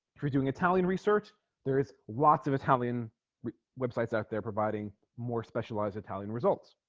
if you're doing italian research there is lots of italian websites out there providing more specialized italian results